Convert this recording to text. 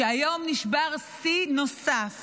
והיום נשבר שיא נוסף